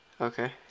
Okay